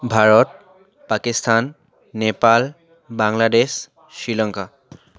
Bharat Pakistan Nepal Bangladesh Sri Lanka